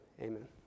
amen